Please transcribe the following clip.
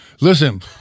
Listen